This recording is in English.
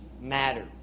matter